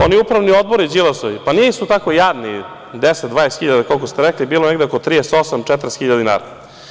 Oni upravni odbori Đilasovi, nisu tako jadni, 10, 20 hiljada, koliko ste rekli, bilo je negde oko 38, 40 hiljada dinara.